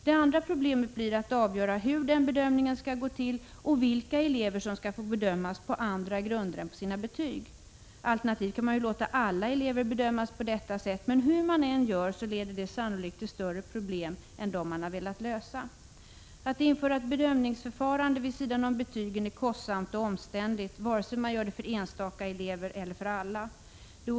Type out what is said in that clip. Det andra problemet blir att avgöra hur den bedömningen skall gå till och vilka elever som skall få bedömas på andra grunder än sina betyg. Alternativt kan man ju låta alla elever bedömas på detta sätt. Hur man än gör leder det sannolikt till större problem än dem man velat lösa. Att införa ett bedömingsförfarande vid sidan om betygen är kostsamt och omständligt vare sig man gör det för enstaka elever eller för alla.